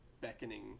beckoning